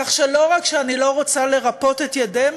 כך שלא רק שאני לא רוצה לרפות את ידיהם,